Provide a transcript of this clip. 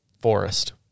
forest